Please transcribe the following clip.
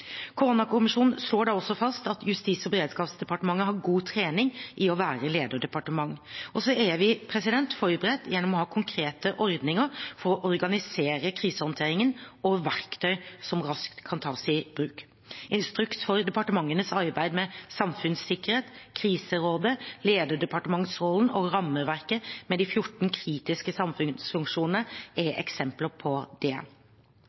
slår da også fast at Justis- og beredskapsdepartementet har god trening i å være lederdepartement. Så er vi forberedt gjennom å ha konkrete ordninger for å organisere krisehåndteringen, og verktøy som raskt kan tas i bruk. Instruks for departementenes arbeid med samfunnssikkerhet, kriserådet, lederdepartementsrollen og rammeverket med de 14 kritiske samfunnsfunksjonene er eksempler på det.